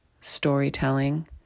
storytelling